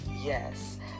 Yes